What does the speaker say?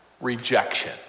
rejection